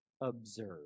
observe